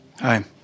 Hi